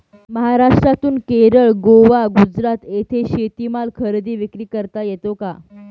महाराष्ट्रातून केरळ, गोवा, गुजरात येथे शेतीमाल खरेदी विक्री करता येतो का?